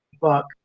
book